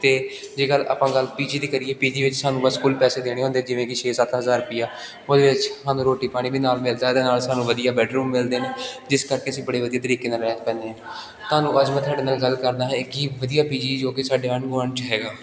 ਅਤੇ ਜੇਕਰ ਆਪਾਂ ਗੱਲ ਪੀ ਜੀ ਦੀ ਕਰੀਏ ਪੀ ਜੀ ਵਿੱਚ ਸਾਨੂੰ ਬਸ ਕੁੱਲ ਪੈਸੇ ਦੇਣੇ ਹੁੰਦੇ ਜਿਵੇਂ ਕਿ ਛੇ ਸੱਤ ਹਜ਼ਾਰ ਰੁਪਈਆ ਉਹਦੇ ਵਿੱਚ ਸਾਨੂੰ ਰੋਟੀ ਪਾਣੀ ਵੀ ਨਾਲ ਮਿਲਦਾ ਅਤੇ ਨਾਲ ਸਾਨੂੰ ਵਧੀਆ ਬੈਡਰੂਮ ਮਿਲਦੇ ਨੇ ਜਿਸ ਕਰਕੇ ਅਸੀਂ ਬੜੇ ਵਧੀਆ ਤਰੀਕੇ ਨਾਲ ਰਹਿ ਪੈਂਦੇ ਹਾਂ ਤੁਹਾਨੂੰ ਅੱਜ ਮੈਂ ਤੁਹਾਡੇ ਨਾਲ ਗੱਲ ਕਰਦਾ ਹਾਂ ਇਹ ਕਿ ਵਧੀਆ ਪੀ ਜੀ ਜੋ ਕਿ ਸਾਡੇ ਆਂਢ ਗੁਆਂਢ 'ਚ ਹੈਗਾ